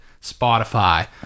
Spotify